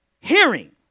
hearing